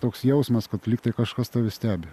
toks jausmas kad lyg tai kažkas tave stebi